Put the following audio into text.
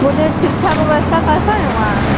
बोले शिच्छा व्यस्था कैसा है वहाँ